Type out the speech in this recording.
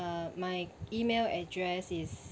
uh my email address is